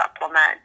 supplement